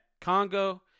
Congo